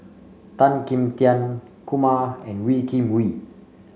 Tan Kim Tian Kumar and Wee Kim Wee